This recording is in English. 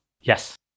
Yes